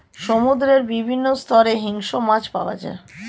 সমুদ্রের বিভিন্ন স্তরে হিংস্র মাছ পাওয়া যায়